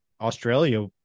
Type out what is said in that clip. australia